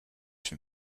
from